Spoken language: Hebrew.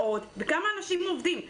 באיזה שעות וכמה אנשים עובדים בו.